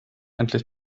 endlich